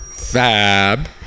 fab